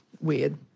Weird